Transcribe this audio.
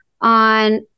on